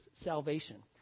salvation